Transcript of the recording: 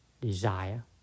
desire